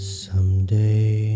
someday